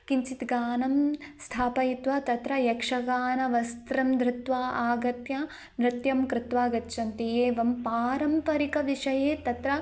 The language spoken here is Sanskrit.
किञ्चित् गानं स्थापयित्वा तत्र यक्षगानवस्त्रं धृत्वा आगत्य नृत्यं कृत्वा गच्छन्ति एवं पारम्परिकं विषये तत्र